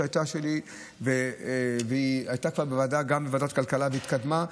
שהייתה גם בוועדת הכלכלה והתקדמה,